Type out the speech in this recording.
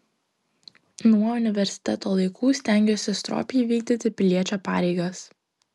nuo universiteto laikų stengiuosi stropiai vykdyti piliečio pareigas